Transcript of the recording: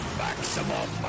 maximum